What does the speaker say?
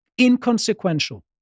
inconsequential